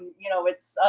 you know, it's